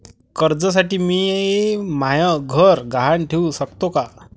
कर्जसाठी मी म्हाय घर गहान ठेवू सकतो का